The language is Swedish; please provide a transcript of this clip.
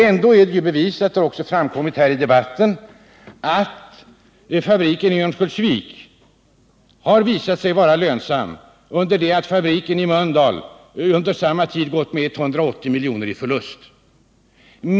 Ändå har det visat sig här under debatten att fabriken i Örnsköldsvik varit den lönsammare, under det att fabriken i Stenungsund under samma tid gått med 180 miljoner i förlust.